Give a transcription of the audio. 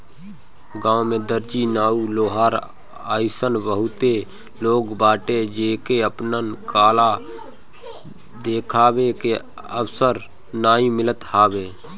गांव में दर्जी, नाऊ, लोहार अइसन बहुते लोग बाटे जेके आपन कला देखावे के अवसर नाइ मिलत हवे